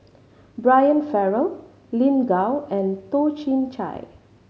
Brian Farrell Lin Gao and Toh Chin Chye